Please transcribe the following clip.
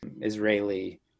Israeli